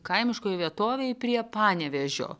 kaimiškoje vietovėj prie panevėžio